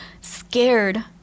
scared